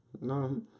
No